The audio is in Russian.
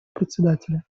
председателя